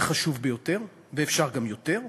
זה חשוב ביותר, ואפשר גם יותר.